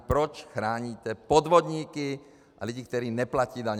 Proč chráníte podvodníky a lidi, kteří neplatí daně.